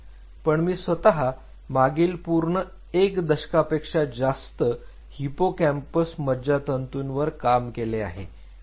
पण मी स्वतः मागील पूर्ण एक दशकापेक्षा जास्त हिप्पोकॅम्पस मज्जातंतूवर काम केले आहे